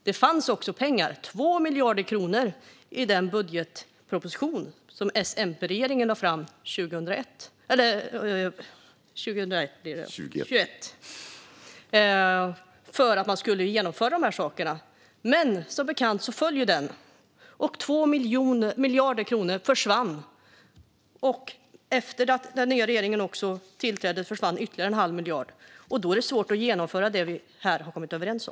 Det fanns också pengar, 2 miljarder kronor, i den budgetproposition som S-MP-regeringen lade fram 2021 för att man skulle genomföra de här sakerna. Men som bekant föll den, och 2 miljarder kronor försvann. Efter att den nya regeringen tillträdde försvann ytterligare en halv miljard. Då är det svårt att genomföra det vi här har kommit överens om.